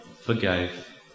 forgave